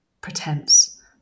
pretense